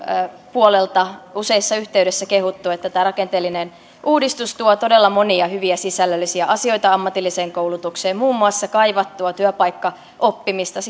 puolelta on useassa yhteydessä kehuttu että tämä rakenteellinen uudistus tuo todella monia hyviä sisällöllisiä asioita ammatilliseen koulutukseen muun muassa kaivattua työpaikkaoppimista